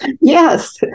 Yes